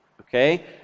Okay